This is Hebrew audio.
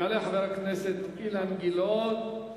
יעלה חבר הכנסת אילן גילאון,